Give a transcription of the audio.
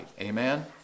amen